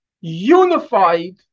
unified